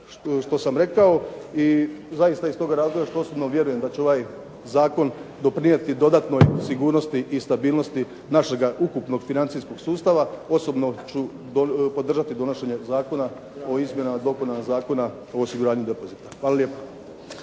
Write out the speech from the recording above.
što sam rekao i zaista iz tog razloga što osobno vjerujem da će ovaj zakon doprinijeti dodatnoj sigurnosti i stabilnosti našega ukupnog financijskog sustava osobno ću podržati donošenje Zakona o izmjenama i dopunama Zakona o osiguranju depozita. Hvala lijepo.